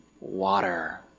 water